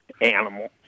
animal